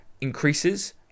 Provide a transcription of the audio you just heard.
increases